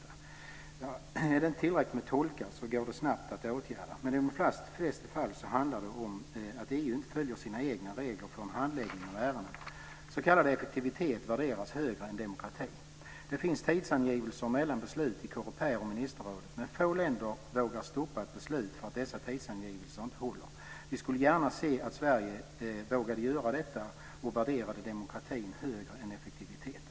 Ja, finns det tillräckligt med tolkar så går det snabbt att åtgärda, men i de flesta fall handlar det om att EU inte följer sina egna regler för handläggningen av ärendena. S.k. effektivitet värderas högre än demokrati. Det finns tidsangivelser mellan beslut i Coreper och ministerrådet, men få länder vågar stoppa ett beslut för att dessa tidsangivelser inte håller. Vi skulle gärna se att Sverige vågade göra detta och värderade demokratin högre än effektiviteten.